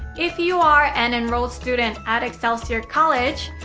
if you are an enrolled student at excelsior college,